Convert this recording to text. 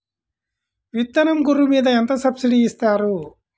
విత్తనం గొర్రు మీద ఎంత సబ్సిడీ ఇస్తారు?